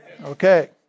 Okay